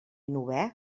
novè